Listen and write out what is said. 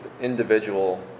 individual